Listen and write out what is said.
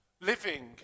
living